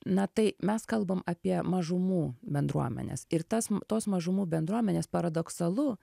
na tai mes kalbam apie mažumų bendruomenes ir tas tos mažumų bendruomenės paradoksalu